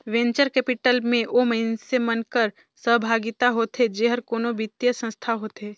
venture capital में ओ मइनसे मन कर सहभागिता होथे जेहर कोनो बित्तीय संस्था होथे